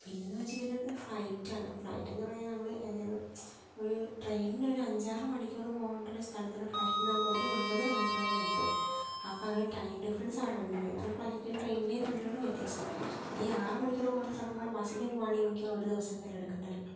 പിന്നേന്ന് വെച്ചിട്ടുണ്ടെങ്കില് ഫ്ലൈറ്റ് ആണ് ഫ്ലൈറ്റ് എന്ന് പറഞ്ഞാല് എന്തെങ്കിലും ഒരൂ ട്രെയിന്നൊര് അഞ്ചാറ് മണിക്കൂറ് പോവെണ്ട ഒരു സ്ഥലത്തിന് ഫ്ലൈറ്റ്ന് നമ്മള് ഒരു ഒന്നൊന്നര മണിക്കൂറുകൊണ്ട് എത്തും അപ്പോൾ ആ ഒരു ടൈം ഡിഫ്രെൻറ്സ് അവിടെ ഇണ്ട് കാരണം ഫ്ലൈറ്റിൻ്റെയും ട്രെയിനിൻ്റെയും തമ്മിലുള്ള വ്യത്യാസം ഈ ആറ് മണിക്കൂറ് പോകണ്ട സ്ഥലത്ത് ബസ്സിൻ്റെ പോവാണെങ്കില് ഒരു ദിവസം തന്നെ എടുക്കേണ്ട വരും